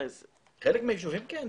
בחלק מהיישובים, כן.